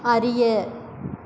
அறிய